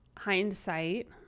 hindsight